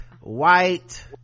white